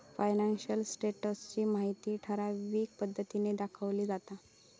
financial status ची माहिती ठराविक पद्धतीन दाखवली जाता